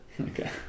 okay